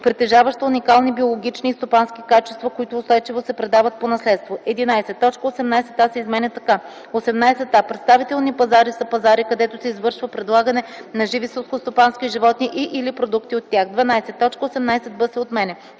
притежаваща уникални биологични и стопански качества, които устойчиво се предават по наследство.” 11. Точка 18а се изменя така: „18а. „Представителни пазари” са пазари, където се извършва предлагане на живи селскостопански животни и/или продукти от тях.” 12. Точка 18б се отменя.